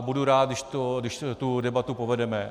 Budu rád, když tu debatu povedeme.